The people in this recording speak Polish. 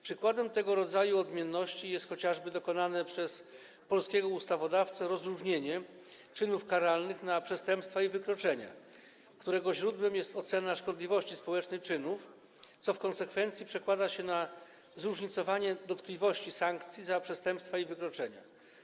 Przykładem tego rodzaju odmienności jest chociażby dokonane przez polskiego ustawodawcę rozróżnienie czynów karalnych na przestępstwa i wykroczenia, którego źródłem jest ocena szkodliwości społecznej czynów, co w konsekwencji przekłada się na zróżnicowanie dotkliwości sankcji za przestępstwa i wykroczenia.